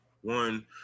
one